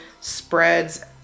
spreads